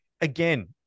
again